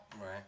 Right